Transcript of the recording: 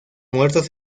muertos